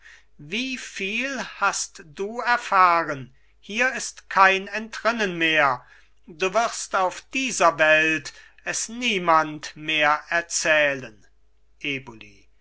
wieviel hast du erfahren hier ist kein entrinnen mehr du wirst auf dieser welt es niemand mehr erzählen eboli